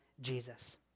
Jesus